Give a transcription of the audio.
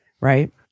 right